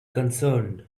concerned